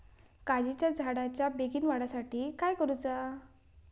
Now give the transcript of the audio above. काजीच्या झाडाच्या बेगीन वाढी साठी काय करूचा?